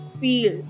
feel